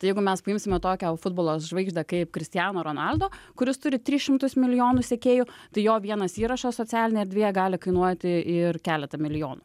tai jeigu mes paimsime tokią futbolo žvaigždę kaip kristiano ronaldo kuris turi tris šimtus milijonų sekėjų tai jo vienas įrašas socialinėje erdvėje gali kainuoti ir keletą milijonų